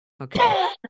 Okay